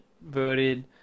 voted